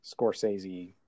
Scorsese